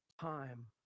time